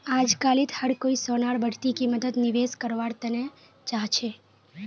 अजकालित हर कोई सोनार बढ़ती कीमतत निवेश कारवार तने चाहछै